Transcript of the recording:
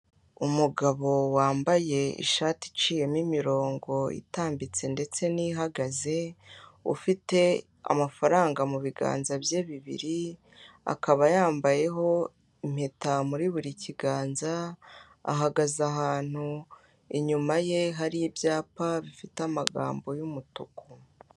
Umugabo wambaye ishati iciyemo imirongo itambitse, ndetse n'ihagaze ufite amafaranga mu biganza bye bibiri. Akaba yambayeho impeta muri buri kiganza, ahagaze ahantu inyuma ye hari ibyapa bifite amagambo y'umutuku.